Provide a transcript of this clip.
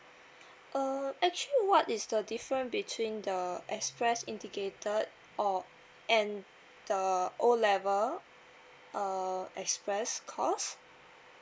uh actually what is the difference between the express indicated or and the O level uh express course